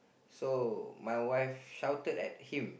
so my wife shouted at him